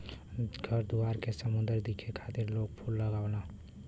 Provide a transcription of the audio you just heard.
घर दुआर के सुंदर दिखे खातिर लोग फूल लगावलन